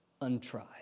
untried